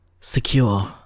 secure